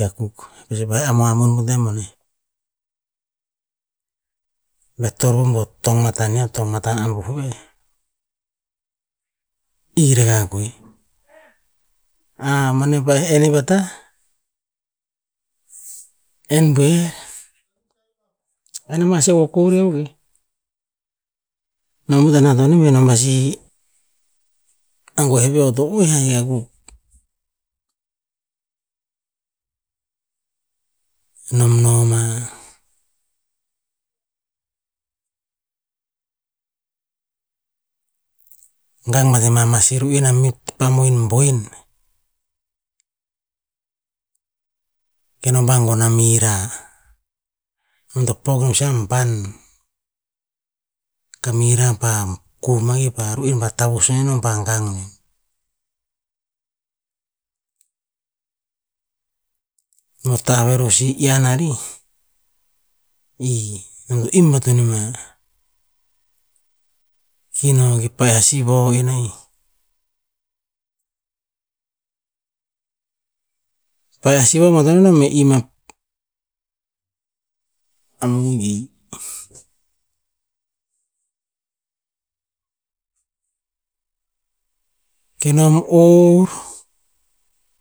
Akuk eh pasi pa'eh ama'amun po tem boneh, be torop bua tong matania tong matane mabuh veh, i rakah ko vui. A maneh pa'he enn i po tah, enn buer, enn maseu kokorio neh. Nom bata nam enom pasi ahgue ve'eo to oeh ih ahik akuk. Nom noma gang bat ama si ni'en met ba mohin boen, kenom pa gon a mirah. Nom to pok nem sih a ban, ka mirah pa kuh ma ka ru'en pa tavus nen kenom pa gang manium. Ma tah vari si iyan ari, e ih nom to im bat neeh mah. Ki no ki pa'eh a sivoh en a'ih, pa'eh a sivoh bat non nom eh im a mongi. Kenom or,